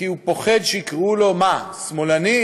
כי הוא פוחד שיקראו לו שמאלני,